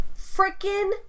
Freaking